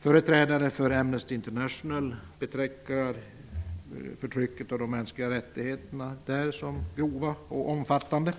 Företrädare för Amnesty International betecknar förtrycket av de mänskliga rättigheterna där som grova och omfattande.